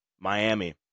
Miami